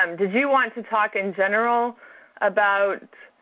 um did you want to talk in general about